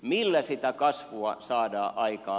millä sitä kasvua saadaan aikaan